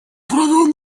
провел